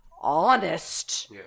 honest